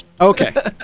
Okay